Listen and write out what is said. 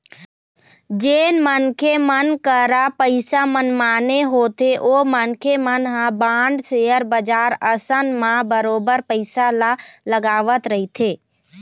जेन मनखे मन करा पइसा मनमाने होथे ओ मनखे मन ह बांड, सेयर बजार असन म बरोबर पइसा ल लगावत रहिथे